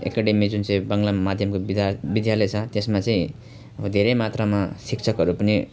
academy जुन चाहिँ बाङ्ग्ला माध्यमको विद्या विद्यालय छ त्यसमा चाहिँ अब धेरै मात्रमा शिक्षकहरू पनि